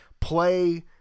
play –